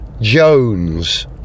Jones